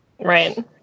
Right